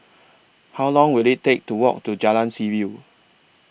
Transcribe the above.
How Long Will IT Take to Walk to Jalan Seaview